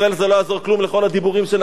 זה לא יעזור כלום לכל הדיבורים שלכם,